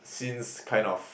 since kind of